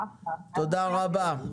תודה רבה.